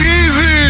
easy